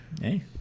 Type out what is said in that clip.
Hey